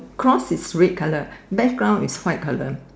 cross is red colour background is white colour